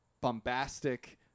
bombastic